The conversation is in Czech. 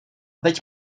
teď